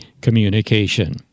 communication